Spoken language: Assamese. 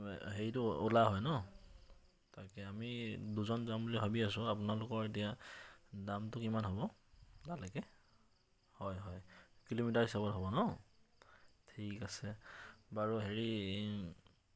হেৰিটো অ'লা হয় ন তাকে আমি দুজন যাম বুলি ভাবি আছোঁ আপোনালোকৰ এতিয়া দামটো কিমান হ'ব তালৈকে হয় হয় কিলোমিটাৰ হিচাপত হ'ব ন ঠিক আছে বাৰু হেৰি